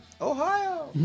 Ohio